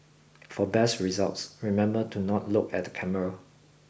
for best results remember to not look at the camera